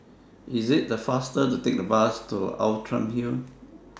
IS IT faster to Take The Bus to Outram Hill